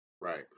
Right